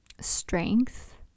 strength